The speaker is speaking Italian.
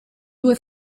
due